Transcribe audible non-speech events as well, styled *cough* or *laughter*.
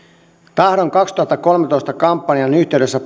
tahdon kaksituhattakolmetoista kampanjan yhteydessä *unintelligible*